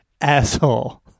asshole